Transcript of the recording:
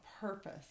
purpose